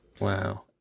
Wow